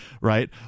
right